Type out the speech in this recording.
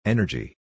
Energy